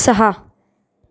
सहा